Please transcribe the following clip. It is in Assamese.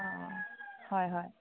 অঁ হয় হয়